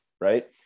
Right